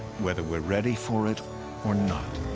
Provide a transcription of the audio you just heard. whether we're ready for it or not.